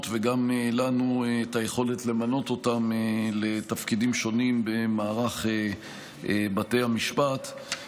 וגם לנו את היכולת למנות אותם לתפקידים שונים במערך בתי המשפט.